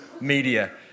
media